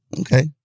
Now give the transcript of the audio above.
okay